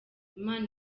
imana